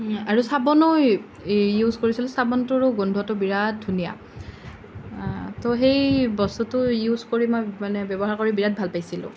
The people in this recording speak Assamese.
আৰু চাবোনো ইউজ কৰিছিলোঁ চাবোনটোৰো গোন্ধটো বিৰাট ধুনীয়া তো সেই বস্তুটো ইউজ কৰি মই মানে ব্যৱহাৰ কৰি বিৰাট ভাল পাইছিলোঁ